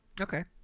okay